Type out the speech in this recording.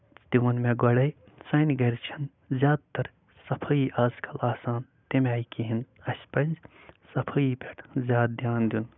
تہِ ووٚن مےٚ گۄڈَے سٲنہِ گرِ چھےٚ زیادٕ تر صفٲیہِ آز کَل تَمہِ آیہِ کِہیٖنۍ نہٕ اَسہِ پَزِ صفٲیہِ پٮ۪ٹھ زیادٕ دِیان دیُن